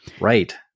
Right